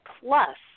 plus